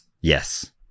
Yes